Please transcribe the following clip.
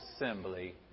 assembly